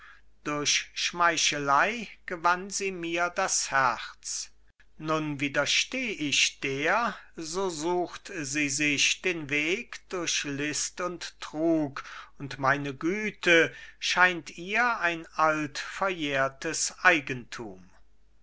durch schmeichelei gewann sie mir das herz nun widersteh ich der so sucht sie sich den weg durch list und trug und meine güte scheint ihr ein alt verjährtes eigenthum